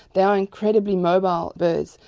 they are incredibly mobile birds,